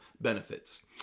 benefits